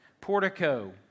portico